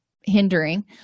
hindering